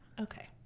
Okay